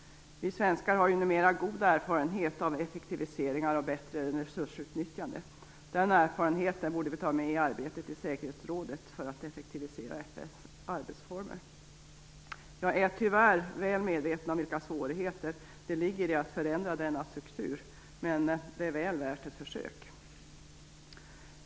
Vi svenskar har ju numera god erfarenhet av effektiviseringar och bättre resursutnyttjande. Den erfarenheten borde vi ta med i arbetet i säkerhetsrådet för att effektivisera FN:s arbetsformer. Jag är tyvärr väl medveten om vilka svårigheter som ligger i att förändra denna struktur. Men det är väl värt ett försök.